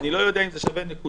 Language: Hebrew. אני לא יודע אם זה שווה נקודה,